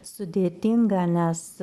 sudėtingą nes